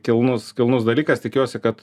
kilnus dalykas tikiuosi kad